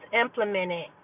implemented